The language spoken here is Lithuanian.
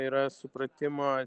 yra supratimo